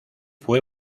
fue